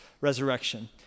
resurrection